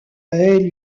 elles